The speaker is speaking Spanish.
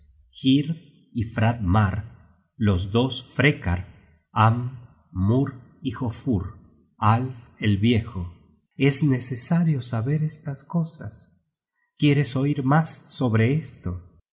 hyrd y frad mar los dos frekar am mur y jofur alf el viejo es necesario saber estas cosas quieres oir mas sobre esto